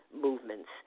movements